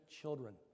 children